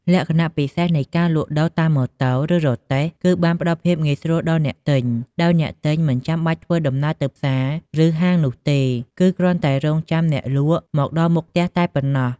លក្ខណៈពិសេសនៃការលក់ដូរតាមម៉ូតូ ឬរទេះគឺបានផ្ដល់ភាពងាយស្រួលដល់អ្នកទិញ ដោយអ្នកទិញមិនចាំបាច់ធ្វើដំណើរទៅផ្សារ ឬហាងនោះទេ គឺគ្រាន់តែរង់ចាំអ្នកលក់មកដល់មុខផ្ទះតែប៉ុណ្ណោះ។